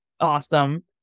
awesome